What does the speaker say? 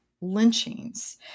lynchings